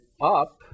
up